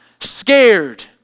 scared